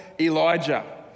Elijah